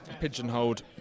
pigeonholed